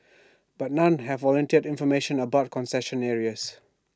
but none have volunteered information about concession areas